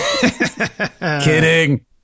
Kidding